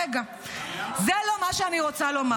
רגע, זה לא מה שאני רוצה לומר.